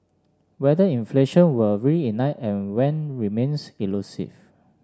whether inflation will reignite and when remains elusive